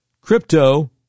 crypto